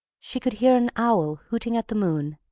she could hear an owl hooting at the moon.